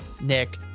nick